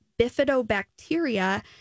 bifidobacteria